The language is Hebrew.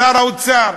שר האוצר.